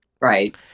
Right